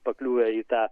pakliuvę į tą